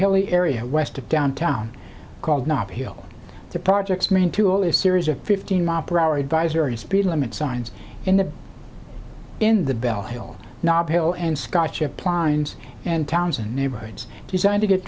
hilly area west of downtown called not heal the project's main two only a series of fifteen mile per hour advisory speed limit signs in the in the bell hill nob hill and scotch appliance and towns in neighborhoods designed to get